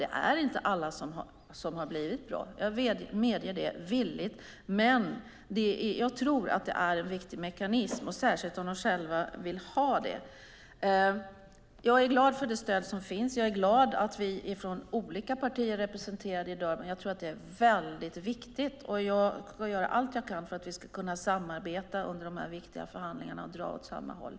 Det är inte alla som har blivit bra - jag medger det villigt - men jag tror att de är en viktig mekanism, särskilt om länderna själva vill ha dem. Jag är glad för det stöd som finns. Jag är glad över att vi i olika partier är representerade i Durban. Jag ska göra allt jag kan för att vi ska kunna samarbeta under de här viktiga förhandlingarna och dra åt samma håll.